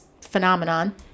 phenomenon